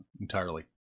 entirely